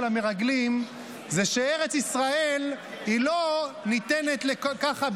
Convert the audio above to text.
מרגלים זה שארץ ישראל היא לא ניתנת ככה,